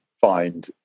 find